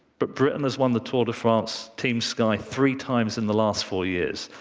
but britain has won the tour de france, team sky, three times in the last four years.